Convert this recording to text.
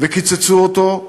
וקיצצו אותו,